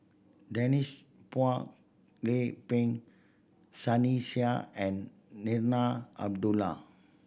Denise Phua Lay Peng Sunny Sia and Zarinah Abdullah